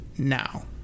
Now